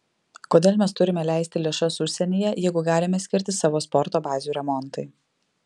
kodėl mes turime leisti lėšas užsienyje jeigu galime skirti savo sporto bazių remontui